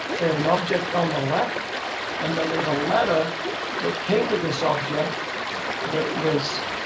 we have an object on the left and then we have a letter that came with this object that was